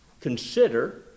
consider